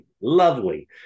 Lovely